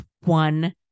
one